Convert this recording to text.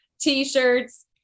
T-shirts